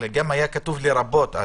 גם אם היה כתוב לרבות.